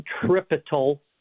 centripetal